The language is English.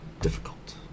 difficult